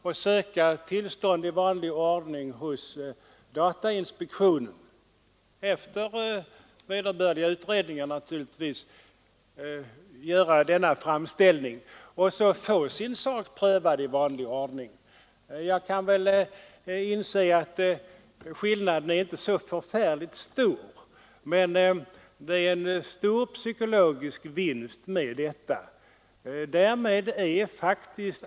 Myndigheterna skulle alltså söka tillstånd hos datainspektionen och där få saken prövad i vanlig ordning. Jag kan inse att skillnaden inte är så förfärligt stor, men i förfarandet ligger i vart fall en stor psykologisk vinst.